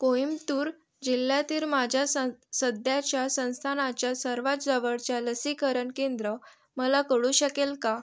कोइमतूर जिल्ह्यातील माझ्या स सध्याच्या स्थानाच्या सर्वात जवळचे लसीकरण केंद्र मला कळू शकेल का